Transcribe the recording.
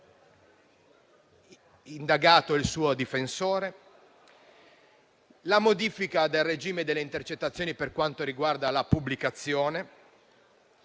l'indagato e il suo difensore; la modifica del regime delle intercettazioni per quanto riguarda la pubblicazione;